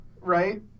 Right